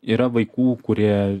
yra vaikų kurie